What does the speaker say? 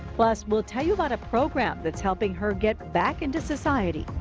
plus we'll tell you about a program that's helping her get back into society,